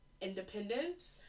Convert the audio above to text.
independence